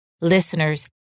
listeners